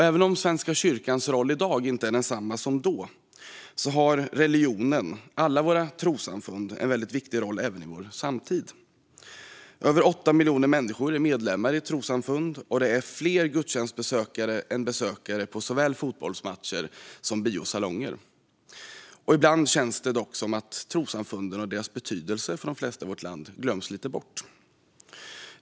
Även om Svenska kyrkans roll i dag inte är densamma som då har religionen, alla våra trossamfund, en väldigt viktig roll även i vår samtid. Över 8 miljoner människor är medlemmar i ett trossamfund, och det är fler gudstjänstbesökare än besökare på såväl fotbollsmatcher som i biosalonger. Ibland känns det dock som att trossamfunden och deras betydelse för de flesta i vårt land glöms bort.